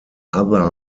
other